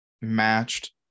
matched